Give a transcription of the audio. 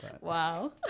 Wow